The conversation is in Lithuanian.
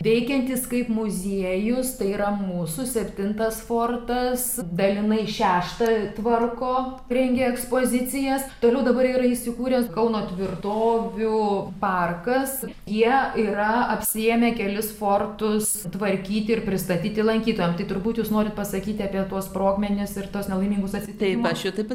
veikiantis kaip muziejus tai yra mūsų septintas fortas dalinai šeštą tvarko rengia ekspozicijas toliau dabar yra įsikūręs kauno tvirtovių parkas jie yra apsiėmę kelis fortus tvarkyti ir pristatyti lankytojams tai turbūt jūs norit pasakyti apie tuos sprogmenis ir tuos nelaimingus atsitikimus